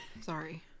Sorry